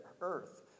earth